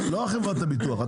לא חברות הביטוח.